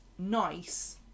nice